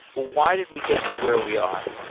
why did we get to where we are?